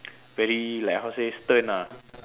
very like how to say stern ah